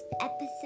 episode